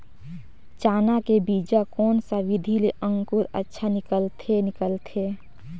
चाना के बीजा कोन सा विधि ले अंकुर अच्छा निकलथे निकलथे